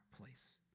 place